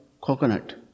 coconut